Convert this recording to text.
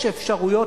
יש אפשרויות,